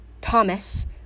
Thomas